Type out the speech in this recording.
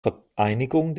vereinigung